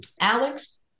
Alex